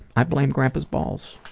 i blame grandpa's balls.